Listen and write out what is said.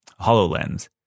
HoloLens